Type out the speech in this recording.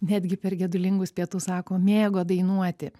netgi per gedulingus pietus sako mėgo dainuoti